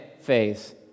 phase